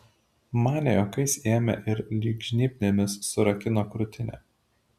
man ne juokais ėmė ir lyg žnyplėmis surakino krūtinę